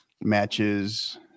matches